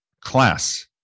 class